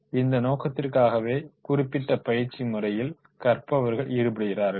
இந்த நோக்கத்திற்காகவே குறிப்பிட்ட பயிற்சி முறையில் கற்றவர்கள் ஈடுபடுகிறார்கள்